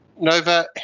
Nova